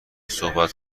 صحبت